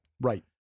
Right